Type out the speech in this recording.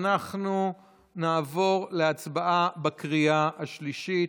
אנחנו נעבור להצבעה בקריאה השלישית.